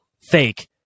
fake